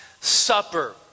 Supper